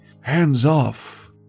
hands-off